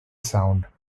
sound